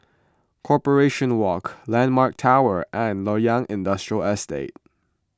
Corporation Walk Landmark Tower and Loyang Industrial Estate